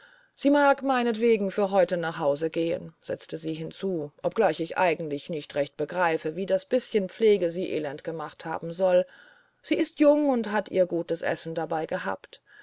sie mag meinetwegen für heute nach hause gehen setzte sie hinzu obgleich ich eigentlich nicht recht begreife wie das bißchen pflege sie elend gemacht haben soll sie ist jung und hat ihr gutes essen dabei gehabt